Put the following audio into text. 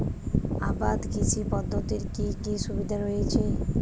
আবাদ কৃষি পদ্ধতির কি কি সুবিধা রয়েছে?